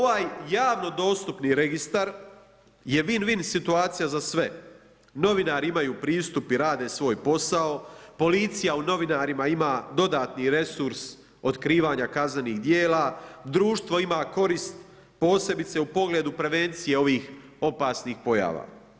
Ovaj javno dostupni registar je vin vin situacija za sve, novinari imaju pristup i rade svoj posao, policija u novinarima ima dodatni resurs otkrivanja kaznenih djela, društvo ima korist posebice u pogledu prevencije ovih opasnih pojava.